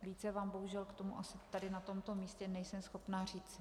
Více vám bohužel k tomu asi na tomto místě nejsem schopna říci.